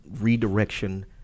redirection